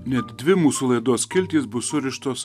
net dvi mūsų laidos skiltys bus surištos